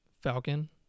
Falcon